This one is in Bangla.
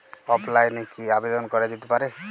অফলাইনে কি আবেদন করা যেতে পারে?